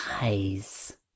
eyes